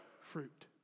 fruit